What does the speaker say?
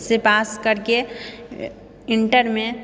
सँ पास करके इन्टरमे